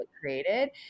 created